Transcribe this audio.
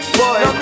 boy